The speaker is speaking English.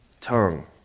tongue